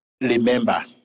remember